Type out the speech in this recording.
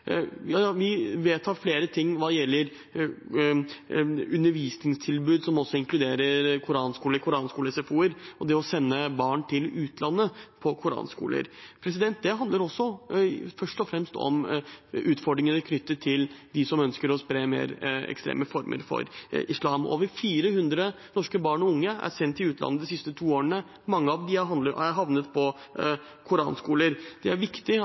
Vi vedtar flere ting hva gjelder undervisningstilbud som også inkluderer koranskoler, koranskole-SFO-er og det å sende barn til koranskoler i utlandet. Det handler først og fremst om utfordringer knyttet til dem som ønsker å spre mer ekstreme former av islam. Over 400 norske barn og unge er sendt til utlandet de siste to årene, og mange av dem har havnet på koranskoler. Det er viktig